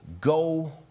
go